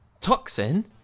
Toxin